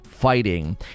fighting